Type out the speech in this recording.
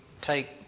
Take